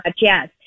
Yes